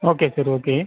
okay sir okay